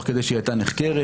תוך כדי שהיא הייתה בחקירה,